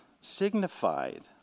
signified